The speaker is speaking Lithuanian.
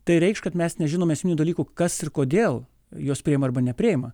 tai reikš kad mes nežinome esminių dalykų kas ir kodėl juos priima arba nepriima